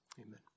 amen